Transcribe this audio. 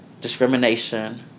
Discrimination